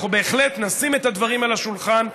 אנחנו בהחלט נשים את הדברים על השולחן,